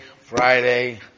Friday